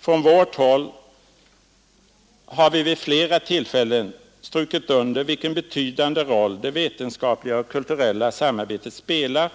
Från vårt håll har vi vid flera tillfällen strukit under vilken betydande roll det vetenskapliga och kulturella samarbetet spelar